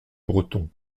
breton